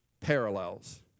parallels